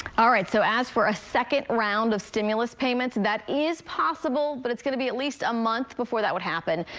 um so as for a second round of stimulus payments, that is possible, but it's going to be at least a month before that would happen.